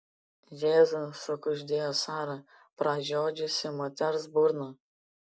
jėzau sukuždėjo sara pražiodžiusi moters burną